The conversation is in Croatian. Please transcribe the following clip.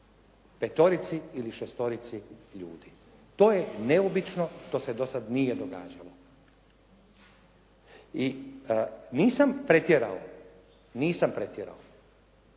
petorici ili šestorici ljudi. To je neobično. To se do sad nije događalo. I nisam pretjerao, nisam pretjerao